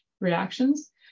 reactions